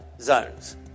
zones